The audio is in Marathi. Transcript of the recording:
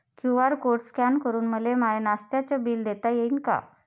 क्यू.आर कोड स्कॅन करून मले माय नास्त्याच बिल देता येईन का?